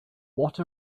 what